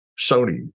Sony